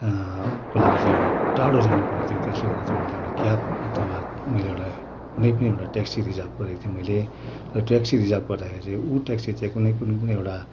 को लागि चाहिँ एउटा टाढो जानु परेको थियो त्यसले गर्दा मैले एउटा क्याब अथवा मैले एउटा कुनै पनि एउटा ट्याक्सी रिजर्भ गरेको थिएँ मैले र ट्याक्सी रिजर्भ गर्दाखेरि चाहिँ उयो ट्याक्सी चाहिँ कुनै पनि एउटा